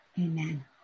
Amen